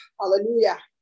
Hallelujah